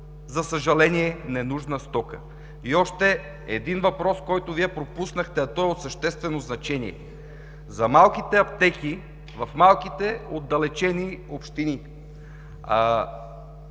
за съжаление, ненужна стока. И още един въпрос, който Вие пропуснахте, а той е от съществено значение – за малките аптеки в малките отдалечени общини.